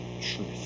truth